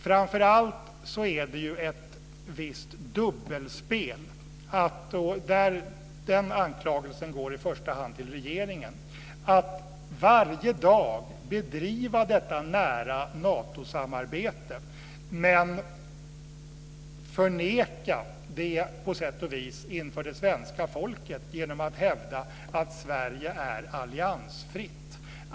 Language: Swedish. Framför allt är det ett visst dubbelspel - den anklagelsen går i första hand till regeringen - att varje dag bedriva detta nära Natosamarbete, men att på sätt och vis förneka det inför svenska folket genom att hävda att Sverige är alliansfritt.